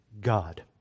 God